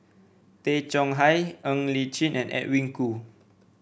Tay Chong Hai Ng Li Chin and Edwin Koo